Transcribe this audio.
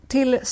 Till